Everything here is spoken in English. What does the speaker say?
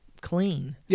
clean